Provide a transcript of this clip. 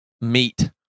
meat